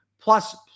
Plus